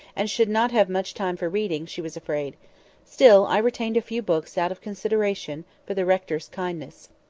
and should not have much time for reading, she was afraid still, i retained a few books out of consideration for the rector's kindness.